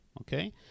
okay